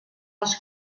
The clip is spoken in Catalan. als